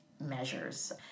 measures